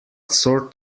sort